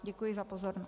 Děkuji za pozornost.